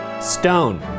Stone